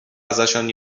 ازشان